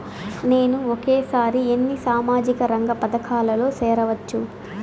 నేను ఒకేసారి ఎన్ని సామాజిక రంగ పథకాలలో సేరవచ్చు?